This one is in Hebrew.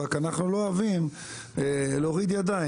רק אנחנו לא אוהבים להוריד ידיים.